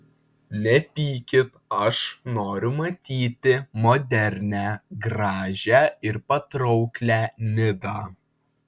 nepykit aš noriu matyti modernią gražią ir patrauklią nidą